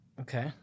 Okay